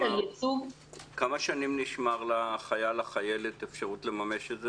כמה שנים נשמרת לחייל או לחיילת אפשרות לממש?